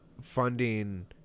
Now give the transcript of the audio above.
funding